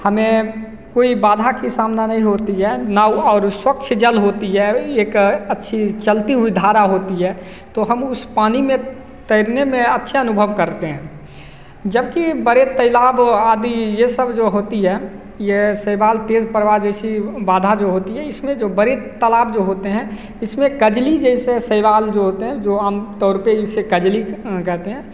हमें कोई बाधा कि सामना नहीं होती है ना और स्वच्छ जल होती है एक अच्छी चलती हुई धारा होती है तो हम उस पानी में तैरने में अच्छे अनुभव करते हैं जबकि बड़े तालाब आदि ये सब जो होती है ये शैवाल तेज प्रवाह जैसी बाधा जो होती है इसमें जो बड़ी तालाब जो होते है इसमें कजली जैसे सवाल जो होते है जो आमतौर पे इसे कजली कहते हैं